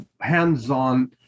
hands-on